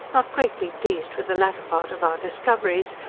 not greatly pleased with the latter part of our discoveries,